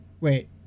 wait